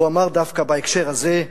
והוא אמר דווקא בהקשר הזה: